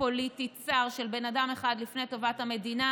פוליטי צר של בן אדם אחד לפני טובת המדינה,